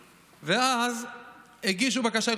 ואז איחוד מפלגות הימין הגישו בקשה.